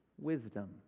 Wisdom